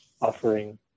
offering